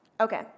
Okay